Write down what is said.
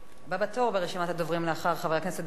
הבא בתור ברשימת הדוברים לאחר חבר הכנסת גילאון